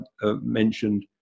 mentioned